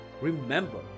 Remember